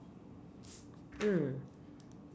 mm